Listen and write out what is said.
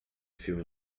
filme